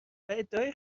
ادعای